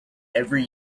every